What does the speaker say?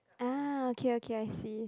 ah okay okay I see